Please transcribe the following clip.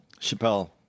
Chappelle